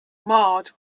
marred